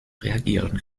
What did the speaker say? reagieren